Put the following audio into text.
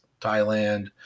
Thailand